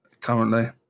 currently